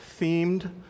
themed